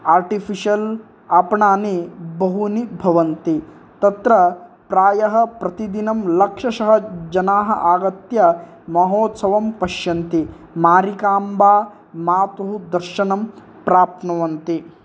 artificial आपणानि बहूनि भवन्ति तत्र प्रायः प्रतिदिनं लक्षशः जनाः आगत्य महोत्सवं पश्यन्ति मारिकाम्बामातुः दर्शनं प्राप्नुवन्ति